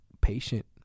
patient